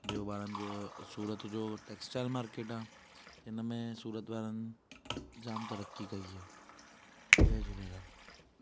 ॿियो ॿारनि जो सूरत जो टेक्सटाइल मार्केट आहे त हिनमें सूरत वारनि जाम तरकी कई आहे जय झूलेलाल